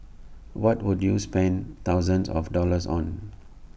what would you spend thousands of dollars on